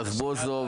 רזבוזוב.